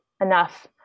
enough